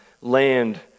land